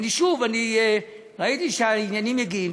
שוב, ראיתי שהעניינים יגעים.